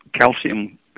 Calcium